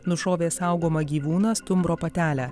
nušovė saugomą gyvūną stumbro patelę